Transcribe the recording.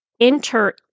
enter